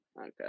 Okay